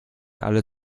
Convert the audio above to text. alle